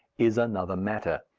is another matter.